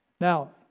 Now